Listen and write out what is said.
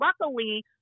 luckily